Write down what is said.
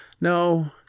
no